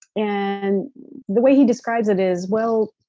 and the way he describes it is, well,